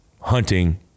hunting